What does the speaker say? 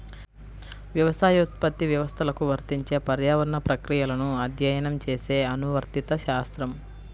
వ్యవసాయోత్పత్తి వ్యవస్థలకు వర్తించే పర్యావరణ ప్రక్రియలను అధ్యయనం చేసే అనువర్తిత శాస్త్రం